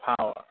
power